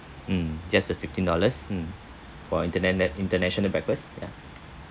mm just uh fifteen dollars mm for internatio~ international breakfast ya